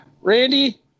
Randy